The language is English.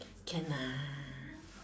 can lah